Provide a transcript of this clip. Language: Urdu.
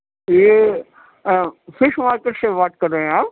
یہ فش مارکیٹ سے بات کر رہے ہیں آپ